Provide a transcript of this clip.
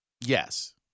Yes